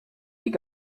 den